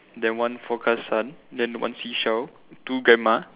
then one forecast sun then one seashell two grandma